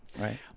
Right